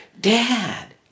Dad